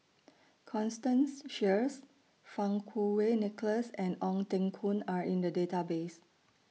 Constance Sheares Fang Kuo Wei Nicholas and Ong Teng Koon Are in The Database